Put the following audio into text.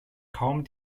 kaum